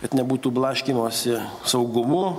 kad nebūtų blaškymosi saugumu